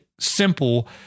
Simple